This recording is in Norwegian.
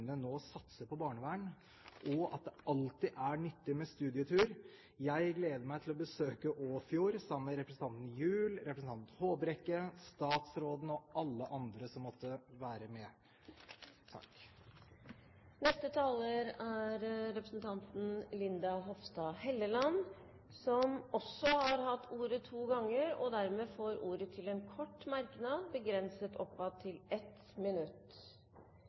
kommunene nå satser på barnevern, og at det alltid er nyttig med studietur. Jeg gleder meg til å besøke Åfjord sammen med representantene Gjul og Håbrekke, statsråden og alle andre som måtte være med. Linda C. Hofstad Helleland har også hatt ordet to ganger og får ordet til en kort merknad, begrenset til 1 minutt.